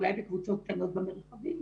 אולי בקבוצות קטנות במרחבים,